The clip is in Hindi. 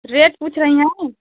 रेट पूछ रही हैं